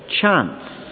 Chance